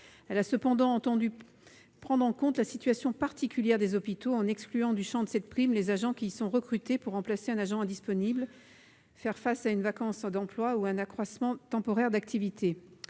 la commission a entendu prendre en compte la situation particulière des hôpitaux, en excluant du champ de cette prime les personnels recrutés pour remplacer un agent indisponible, faire face à une vacance d'emploi ou à un accroissement temporaire d'activité.